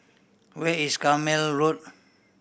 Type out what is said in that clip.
where is Carpmael Road